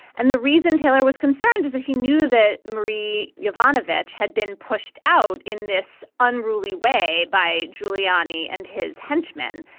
and the reason taylor was concerned is that he knew that marie jovanovic had been pushed out in this unruly way by giuliani and his henchmen.